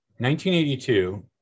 1982